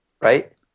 right